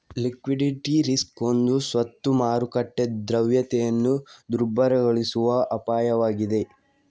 liquidity risk ಒಂದು ಸ್ವತ್ತು ಮಾರುಕಟ್ಟೆ ದ್ರವ್ಯತೆಯನ್ನು ದುರ್ಬಲಗೊಳಿಸುವ ಅಪಾಯವಾಗಿದೆ